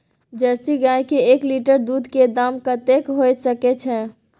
Jersey गाय के एक लीटर दूध के दाम कतेक होय सके छै?